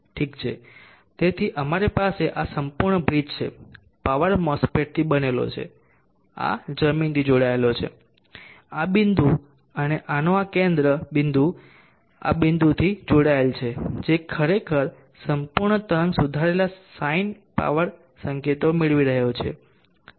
ઠીક છે તેથી અમારી પાસે આ સંપૂર્ણ બ્રિજ છે પાવર મોસ્ફેટ્સથી બનેલો છે આ જમીનથી જોડાયેલ છે આ બિંદુ અને આનો આ કેન્દ્ર બિંદુ આ બિંદુથી જોડાયેલ છે જે ખરેખર સંપૂર્ણ તરંગ સુધારેલા સાઇન પાવર સંકેતો મેળવી રહ્યો છે